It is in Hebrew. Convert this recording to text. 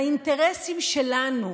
לאינטרסים שלנו,